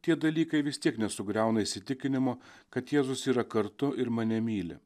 tie dalykai vis tiek nesugriauna įsitikinimo kad jėzus yra kartu ir mane myli